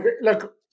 Look